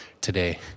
today